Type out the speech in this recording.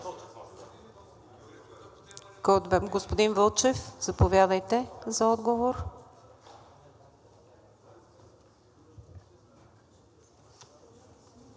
Господин Вълчев, заповядайте за отговор.